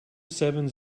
seven